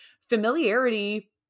familiarity